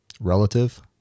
relative